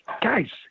guys